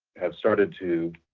have started to